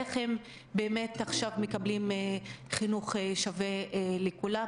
איך הם מקבלים חינוך שווה עכשיו לכולם?